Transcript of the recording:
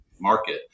market